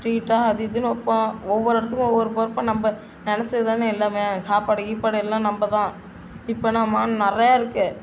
ட்ரீட்டா அது இதுன்னு வைப்போம் ஒவ்வொரு இடத்துக்கும் ஒவ்வொரு போகிறப்ப நம்ம நெனைச்சது தானே எல்லாமே சாப்பாடு கீப்பாடு எல்லாம் நம்ம தான் இப்போ நாம் நிறையா இருக்குது